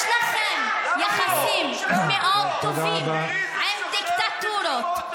יש לכם יחסים טובים עם דיקטטורות,